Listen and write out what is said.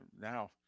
now